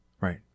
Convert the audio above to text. Right